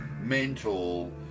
mental